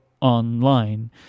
online